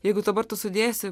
jeigu dabar tu sudėsi